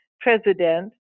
president